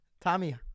Tommy